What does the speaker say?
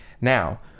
Now